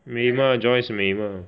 美 mah Joyce 美 mah